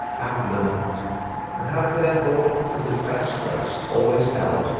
have none of it and have therefore with the best grace always held,